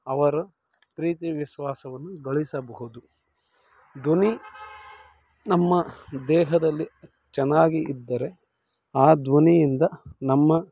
ಅವರ ಪ್ರೀತಿ ವಿಶ್ವಾಸವನ್ನು ಗಳಿಸಬಹುದು ಧ್ವನಿ ನಮ್ಮ ದೇಹದಲ್ಲಿ ಚೆನ್ನಾಗಿ ಇದ್ದರೆ ಆ ಧ್ವನಿಯಿಂದ ನಮ್ಮ